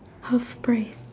half price